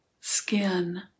skin